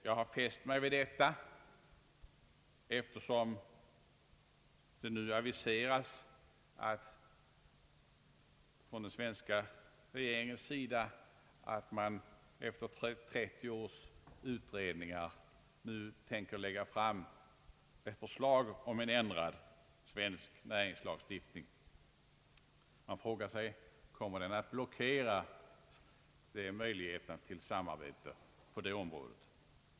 Jag har fäst mig vid detta, eftersom det nu aviseras att den svenska regeringen efter 30 års utredningar tänker lägga fram ett förslag om ändrad näringslagstiftning. Man frå gar sig: Kommer den att blockera möjligheterna till samarbete på det området?